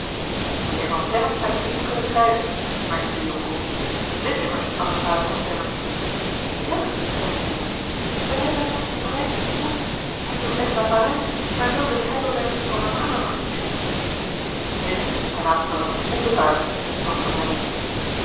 mijnheer van sterren schijnt nog niet te kunnen scheiden merkte de jong op t is immers anasthase van sterren ja zeide henriette wij hebben hem op reis ontmoet hij is op weg naar parijs maar wilde het heidelbergsche panorama nog eens zien nu hij laat zich dan ook niet onbetuigd sprak van hellingen